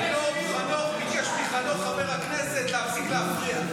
היו"ר חנוך ביקש מחנוך חבר הכנסת להפסיק להפריע.